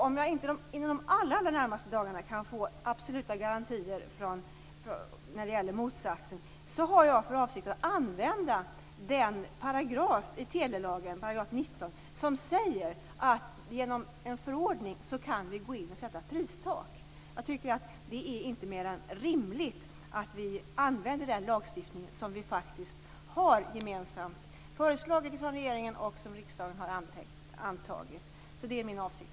Om jag inte inom de allra närmaste dagarna kan få absoluta garantier när det gäller motsatsen, har jag för avsikt att använda den paragraf i telelagen, 19 §, som medger att med hjälp av en förordning sätta ett pristak. Det är inte mer än rimligt att vi använder den lagstiftning som vi faktiskt har - föreslagen av regeringen och antagen av riksdagen. Det är min avsikt.